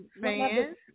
Fans